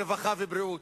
רווחה ובריאות.